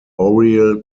oriel